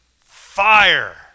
Fire